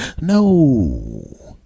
No